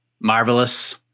Marvelous